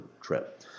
trip